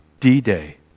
D-Day